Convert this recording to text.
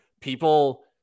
People